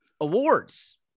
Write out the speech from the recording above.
awards